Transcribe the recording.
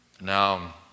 Now